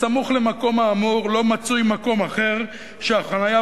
בסמוך למקום האמור לא מצוי מקום אחר שהחנייה